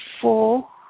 four